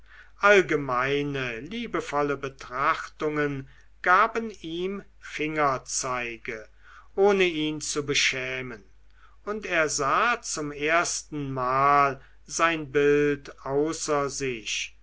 allgemeine liebevolle betrachtungen gaben ihm fingerzeige ohne ihn zu beschämen und er sah zum erstenmal sein bild außer sich